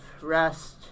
rest